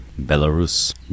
belarus